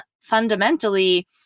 fundamentally